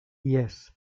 jes